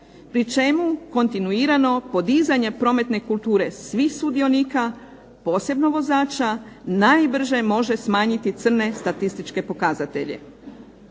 pri čemu kontinuirano podizanje prometne kulture svih sudionika, posebno vozača najbrže može smanjiti crne statističke pokazatelje.